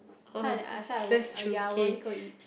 ya I won't go eat